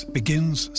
begins